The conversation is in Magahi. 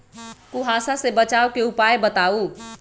कुहासा से बचाव के उपाय बताऊ?